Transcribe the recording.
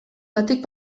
batik